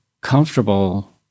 comfortable